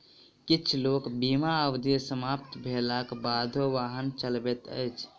किछ लोक बीमा अवधि समाप्त भेलाक बादो वाहन चलबैत अछि